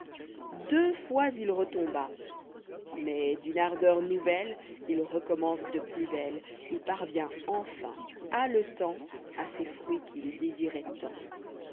deux fois il retomba mais d'une ardeur nouvelle il recommence de plus belle et parvient enfin haletant a ces fruits qu'il désirait